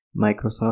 Microsoft